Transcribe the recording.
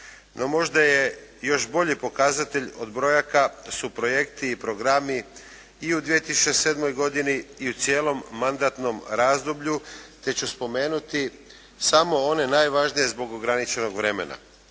No, možda je još bolji pokazatelj od brojaka su projekti i programi i u 2007. i u cijelom mandatnom razdoblju te ću spomenuti samo one najvažnije zbog ograničenog vremena.